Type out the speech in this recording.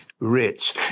rich